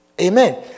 Amen